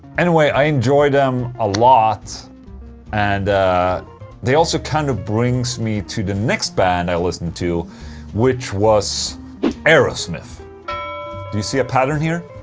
anyway, i enjoy them a lot and they also kind of brings me to the next band i listened to which was aerosmith do you see a pattern here?